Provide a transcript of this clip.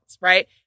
Right